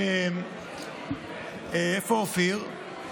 איפה אופיר?